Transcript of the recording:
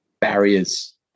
barriers